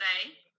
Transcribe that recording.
today